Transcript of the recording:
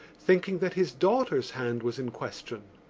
thinking that his daughter's hand was in question.